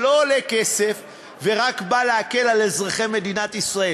שלא עולה כסף ורק בא להקל על אזרחי מדינת ישראל.